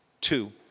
Two